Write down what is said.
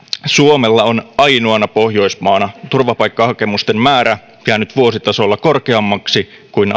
suomella on ainoana pohjoismaana turvapaikkahakemusten määrä käynyt vuositasolla korkeammaksi kuin